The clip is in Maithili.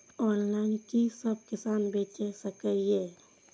ऑनलाईन कि सब किसान बैच सके ये?